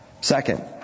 Second